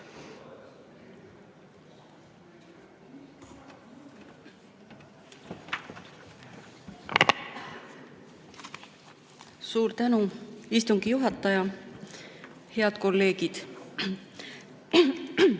Suur tänu, istungi juhataja! Head kolleegid!